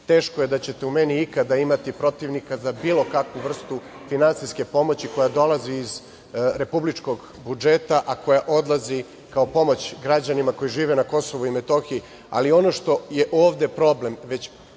Teško je da ćete u meni ikada imati protivnika za bilo kakvu vrstu finansijske pomoći koja dolazi iz republičkog budžeta, odlazi kao pomoć građanima koji žive na Kosovu i Metohiji, ali ono što je ovde problem već